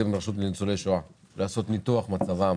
והרשות לניצולי שואה לעשות ניתוח של מצבם